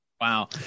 Wow